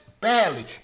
badly